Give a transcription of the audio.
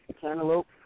cantaloupe